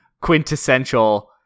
quintessential